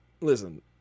listen